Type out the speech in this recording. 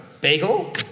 Bagel